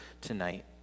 tonight